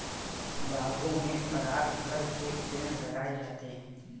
बागों में परागकण के पेड़ लगाए जाते हैं